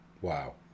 Wow